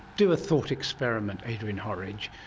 do a thought experiment, adrian horridge,